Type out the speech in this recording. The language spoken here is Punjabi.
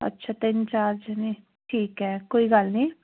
ਅੱਛਾ ਤਿੰਨ ਚਾਰ ਜਣੇ ਠੀਕ ਹੈ ਕੋਈ ਗੱਲ ਨਹੀਂ